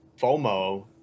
FOMO